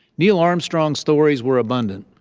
neil armstrong stories were abundant.